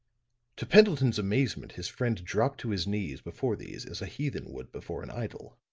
to pendleton's amazement, his friend dropped to his knees before these as a heathen would before an idol.